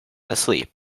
asleep